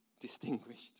distinguished